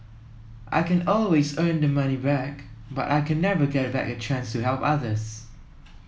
I can always earn the money back but I can never get back a chance to help others